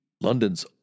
London's